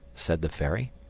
said the fairy.